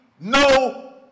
no